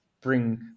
bring